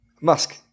Musk